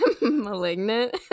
Malignant